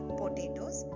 potatoes